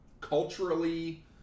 culturally